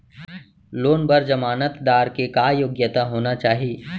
Loan बर जमानतदार के का योग्यता होना चाही?